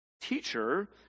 teacher